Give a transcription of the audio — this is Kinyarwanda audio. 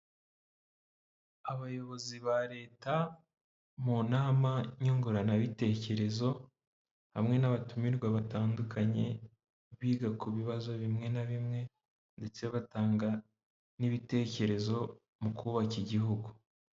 Abayobozi ba leta mu nama nyunguranabitekerezo hamwe n'abatumirwa batandukanye biga ku bibazo bimwe na bimwe ndetse batanga n'ibitekerezo mu kubaka igihugu.